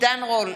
עידן רול,